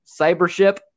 cybership